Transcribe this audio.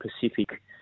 Pacific